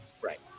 Right